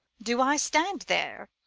do i stand there?